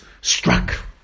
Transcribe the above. struck